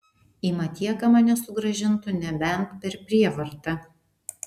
į matieką mane sugrąžintų nebent per prievartą